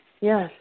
yes